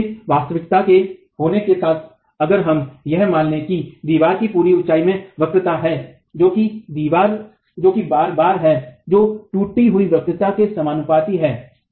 तो इस वास्तविकता के होने के साथ अगर हम यह मान लें कि दीवार की पूरी ऊंचाई में वक्रता है जो कि बराबर है जो टूटी हुई वक्रता के समानुपाती है